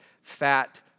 fat